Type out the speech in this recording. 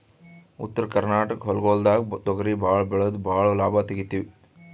ಉತ್ತರ ಕರ್ನಾಟಕ ಹೊಲ್ಗೊಳ್ದಾಗ್ ತೊಗರಿ ಭಾಳ್ ಬೆಳೆದು ಭಾಳ್ ಲಾಭ ತೆಗಿತೀವಿ